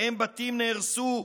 שבהם בתים נהרסו,